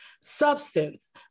substance